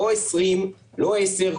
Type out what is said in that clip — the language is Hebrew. לא 20, לא עשר.